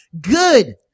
good